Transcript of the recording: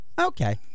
Okay